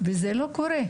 אבל זה לא קורה.